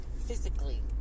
physically